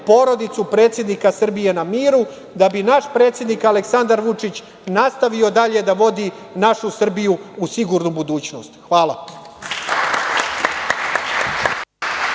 porodicu predsednika Srbije na miru da bi naš predsednik Aleksandar Vučić nastavio dalje da vodi našu Srbiju u sigurnu budućnost. Hvala.